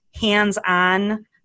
hands-on